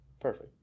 Perfect